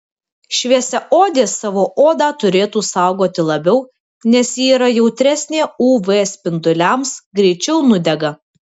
šviesiaodės savo odą turėtų saugoti labiau nes ji yra jautresnė uv spinduliams greičiau nudega